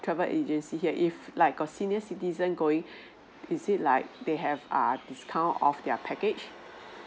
travel agency here if like cause the senior citizen going is it like they have err discount off their package